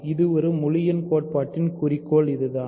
இந்த முழு எண் கோட்பாட்டின் குறிக்கோள் இதுதான்